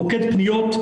מוקד פניות,